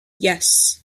yes